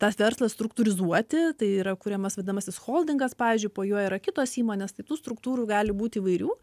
tą verslą struktūrizuoti tai yra kuriamas vadinamasis holdingas pavyzdžiui po juo yra kitos įmonės tai tų struktūrų gali būt įvairių